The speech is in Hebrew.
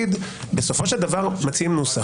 בסופו של דבר מציעים נוסח.